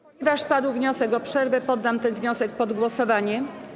Ponieważ padł wniosek o przerwę, poddam ten wniosek pod głosowanie.